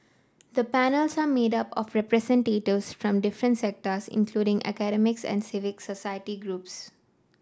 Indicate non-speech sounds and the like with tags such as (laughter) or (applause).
the panels are made up of (unintelligible) from different sectors including academics and civic society groups